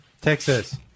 Texas